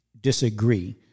disagree